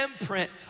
imprint